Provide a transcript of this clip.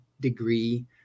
degree